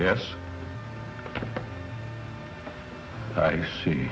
yes i see